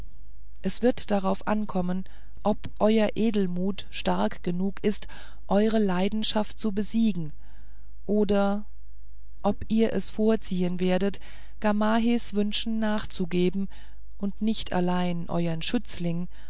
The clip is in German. es wird darauf ankommen ob euer edelmut stark genug ist eure leidenschaft zu besiegen ob ihr es vorziehen werdet gamahehs wünschen nachzugeben und nicht allein euern schützling